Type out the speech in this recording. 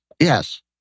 Yes